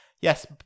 Yes